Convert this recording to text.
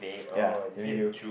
ya I mean you